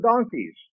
donkeys